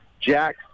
Jack